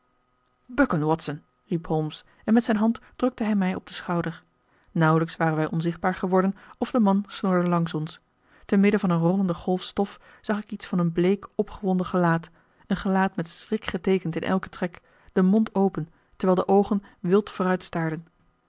bukken watson riep holmes en met zijn hand drukte hij mij op den schouder nauwelijks waren wij onzichtbaar geworden of de man snorde langs ons te midden van een rollende golf stof zag ik iets van een bleek opgewonden gelaat een gelaat met schrik geteekend in elken trek den mond open terwijl de oogen wild